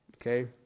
Okay